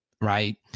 right